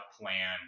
plan